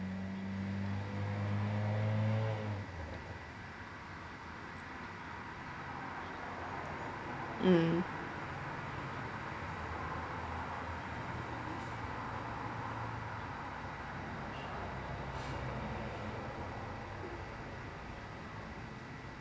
mm